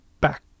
back